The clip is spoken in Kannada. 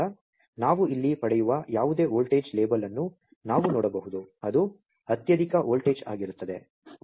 ಆದ್ದರಿಂದ ನಾವು ಇಲ್ಲಿ ಪಡೆಯುವ ಯಾವುದೇ ವೋಲ್ಟೇಜ್ ಲೇಬಲ್ ಅನ್ನು ನಾವು ನೋಡಬಹುದು ಅದು ಅತ್ಯಧಿಕ ವೋಲ್ಟೇಜ್ ಆಗಿರುತ್ತದೆ